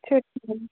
சரி மேம்